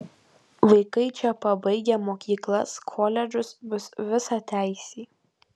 vaikai čia pabaigę mokyklas koledžus bus visateisiai